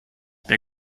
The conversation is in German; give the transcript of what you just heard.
wer